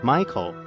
Michael 。